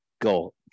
go